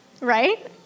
Right